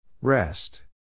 Rest